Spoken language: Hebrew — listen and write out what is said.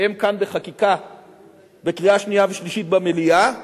והסתיים כאן בחקיקה בקריאה שנייה ושלישית במליאה,